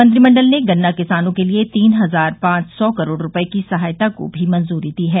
मंत्रिमंडल ने गन्ना किसानों के लिए तीन हजार पांच सौ करोड़ रुपये की सहायता को भी मंजूरी दी है